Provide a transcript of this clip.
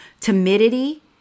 Timidity